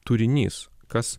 turinys kas